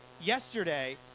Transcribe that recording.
yesterday